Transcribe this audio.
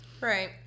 right